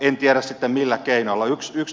en tiedä sitten millä keinoilla